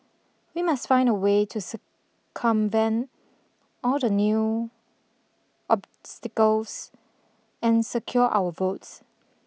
we must find a way to circumvent all the new obstacles and secure our votes